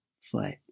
foot